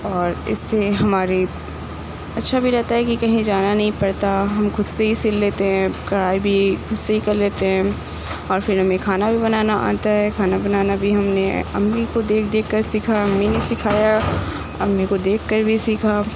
اور اِس سے ہماری اچھا بھی رہتا ہے کہ کہیں جانا نہیں پڑتا ہم خود سے ہی سِل لیتے ہیں کڑھائی بھی خود سے ہی کر لیتے ہیں اور پھر ہمیں کھانا بھی بنانا آتا ہے کھانا بنانا بھی ہم نے امّی کو دیکھ دیکھ کر سیکھا امّی نے سکھایا امّی کو دیکھ کر بھی سیکھا